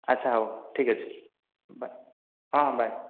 ଆଚ୍ଛା ହଉ ଠିକ୍ ଅଛି ବାଏ ହଁ ହଁ ବାଏ